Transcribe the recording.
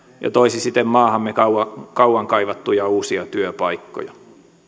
ja toisi siten maahamme kauan kauan kaivattuja uusia työpaikkoja